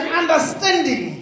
understanding